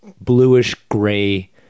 bluish-gray